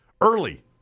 early